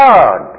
God